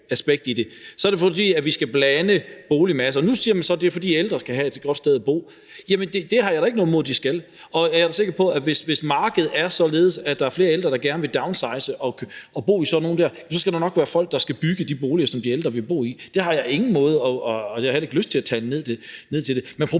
skal blande boligmassen. Nu siger man så, at det er, fordi de ældre skal have et godt sted at bo. Jamen det har jeg da ikke noget imod de skal, og jeg er da sikker på, at hvis markedet er således, at der er flere ældre, der gerne vil downsize og bo sådan, jamen så skal der nok være folk, der skal bygge de boliger, som de ældre vil bo i. Det har jeg på ingen måde noget imod og heller ikke lyst til at tale ned. Men der